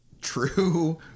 true